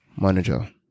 manager